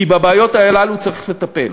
כי בבעיות הללו צריך לטפל.